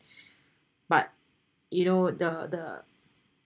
but you know the the